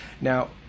now